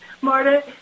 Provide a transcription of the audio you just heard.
Marta